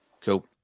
Cool